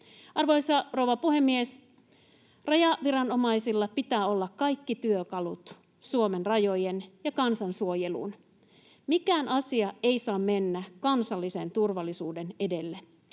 Arvoisa rouva puhemies! Rajaviranomaisilla pitää olla kaikki työkalut Suomen rajojen ja kansan suojeluun. Mikään asia ei saa mennä kansallisen turvallisuuden edelle.